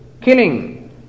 killing